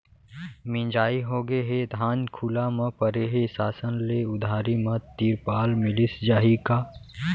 मिंजाई होगे हे, धान खुला म परे हे, शासन ले उधारी म तिरपाल मिलिस जाही का?